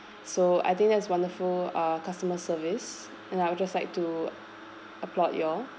so I think that's wonderful uh customer service and I would just like to applaud you all